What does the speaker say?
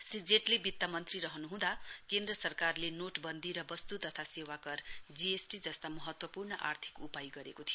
श्री जेट्ली वित्त मन्त्री रहनु हुँदा केन्द्र सरकारले नोट बन्दी र वस्तु तथा सेवा भएको जीएसटी जस्ता महत्वपूर्ण आर्थिक उपाय गर्नुभएको थियो